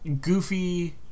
goofy